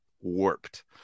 warped